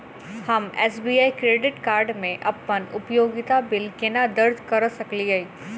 हम SBI credit card मे अप्पन उपयोगिता बिल केना दर्ज करऽ सकलिये?